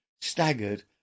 staggered